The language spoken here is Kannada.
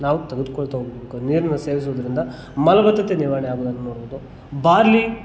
ನಾವು ತೆಗೆದುಕೊಳ್ತಾ ಹೋಗಬೇಕು ನೀರನ್ನು ಸೇವಿಸೊದರಿಂದ ಮಲಬದ್ಧತೆ ನಿವಾರಣೆ ಆಗೋದನ್ನು ನೋಡಬಹುದು ಬಾರ್ಲಿ